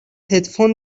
هدفون